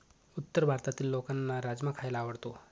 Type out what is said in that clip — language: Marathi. उत्तर भारतातील लोकांना राजमा खायला आवडतो